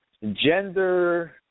gender